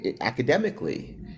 academically